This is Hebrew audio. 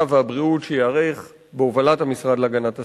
והבריאות שייערך בהובלת המשרד להגנת הסביבה,